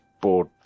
Board